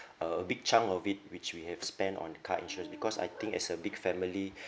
a big chunk of it which we have spent on the car insurance because I think as a big family